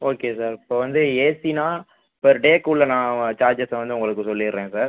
okay sir இப்போது வந்து ஏசினா பர் டேக்குள்ள நான் சார்ஜ்ஸ் வந்து உங்களுக்கு சொல்லிவிடுறேன் சார்